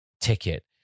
ticket